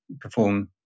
perform